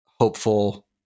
hopeful